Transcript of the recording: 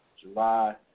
July –